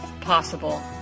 possible